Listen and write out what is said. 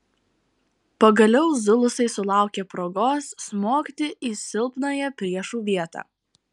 pagaliau zulusai sulaukė progos smogti į silpnąją priešų vietą